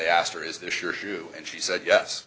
they asked her is this your shoe and she said yes